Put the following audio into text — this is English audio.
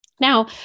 Now